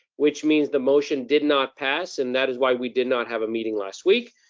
which means the motion did not pass, and that is why we did not have a meeting last week.